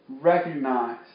recognize